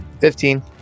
Fifteen